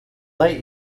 light